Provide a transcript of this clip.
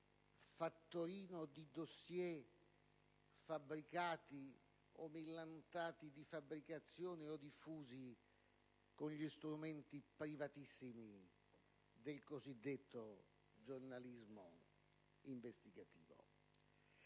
fattorino di *dossier* fabbricati, o millantati di fabbricazione, o diffusi con gli strumenti privatissimi del cosiddetto giornalismo investigativo.